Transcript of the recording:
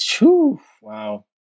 Wow